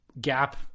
gap